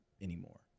anymore